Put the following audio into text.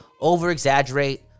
over-exaggerate